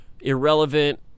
irrelevant